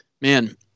Man